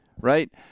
right